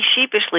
sheepishly